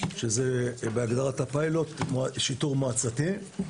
שזה בהגדרת הפיילוט שיטור מועצתי.